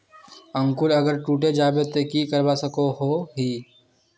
अंकूर अगर टूटे जाबे ते की करवा सकोहो ही?